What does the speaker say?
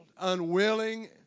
unwilling